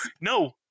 no